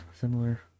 similar